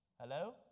hello